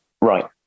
Right